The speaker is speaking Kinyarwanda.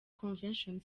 convention